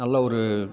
நல்ல ஒரு